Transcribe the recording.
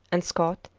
and scott,